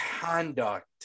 conduct